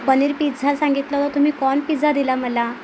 paneer pizza सांगितल्यावर corn pizza दिला मला